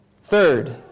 Third